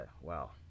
Wow